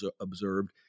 observed